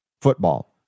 football